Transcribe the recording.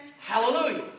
Hallelujah